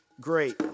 great